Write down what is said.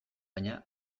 baina